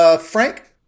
Frank